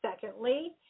Secondly